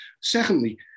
Secondly